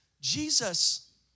Jesus